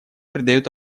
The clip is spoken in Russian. придает